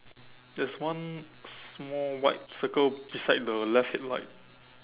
there's one small white circle beside the left headlight